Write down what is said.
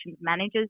manager's